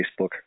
Facebook